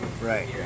Right